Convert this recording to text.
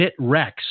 Bitrex